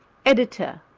editor,